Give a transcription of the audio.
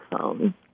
phone